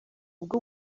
ubwo